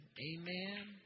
amen